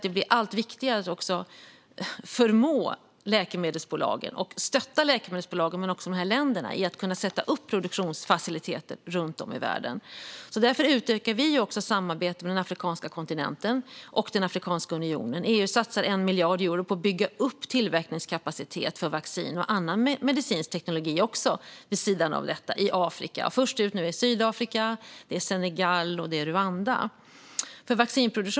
Det blir allt viktigare att stötta läkemedelsbolagen och dessa länder i att sätta upp produktionsfaciliteter runt om i världen. Därför utökar vi samarbetet med den afrikanska kontinenten och Afrikanska unionen. EU satsar 1 miljard euro på att bygga upp tillverkningskapacitet för vaccin och annan medicinsk teknologi i Afrika. Först ut är Sydafrika, Senegal och Rwanda.